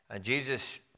Jesus